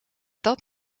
dat